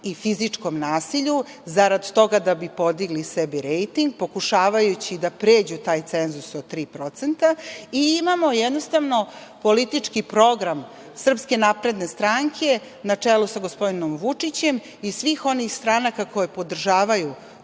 i fizičkom nasilju za rad toga da bi podigli sebi rejting, pokušavajući da pređu taj cenzus od tri procenta i imamo jednostavno politički program SNS na čelu sa gospodinom Vučićem i svih onih stranaka koje podržavaju